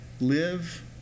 live